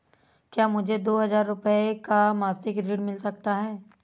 क्या मुझे दो हजार रूपए का मासिक ऋण मिल सकता है?